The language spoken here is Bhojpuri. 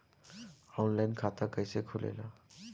आनलाइन खाता कइसे खुलेला?